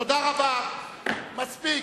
תודה רבה, מספיק.